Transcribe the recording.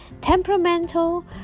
temperamental